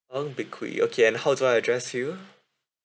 ng teck hui okay and how do I address you